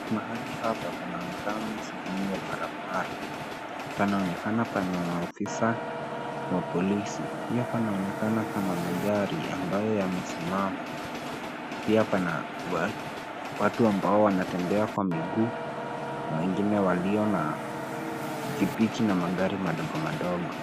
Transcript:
Mahali hapa panaonekana ni sehemu ya barabara. Panaonekana pana maofisa wa polisi. Pia panaonekana pana magari ambayo yamesimama. Pia pana watu amabao wanatembea kwa miguu na wengine walio na pikipiki na magari madogo madogo.